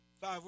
five